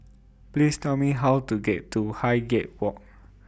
Please Tell Me How to get to Highgate Walk